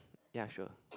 ya sure